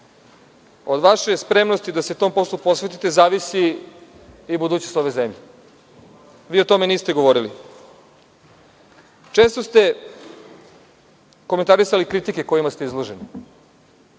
Od vaše spremnosti da se tom poslu posvetite zavisi i budućnost ove zemlje. Vi o tome niste govorili. Često ste komentarisali kritike kojima ste izloženi,